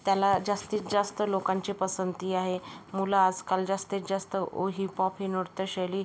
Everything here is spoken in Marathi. त्याला जास्तीत जास्त लोकांची पसंती आहे मुलं आजकाल जास्तीत जास्त ओ हिपॉप हे नृत्यशैली